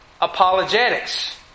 apologetics